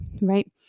right